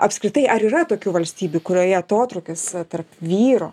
apskritai ar yra tokių valstybių kurioje atotrūkis tarp vyro